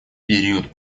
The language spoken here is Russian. период